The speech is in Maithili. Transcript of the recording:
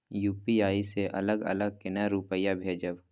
यू.पी.आई से अलग अलग केना रुपया भेजब